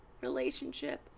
relationship